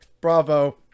Bravo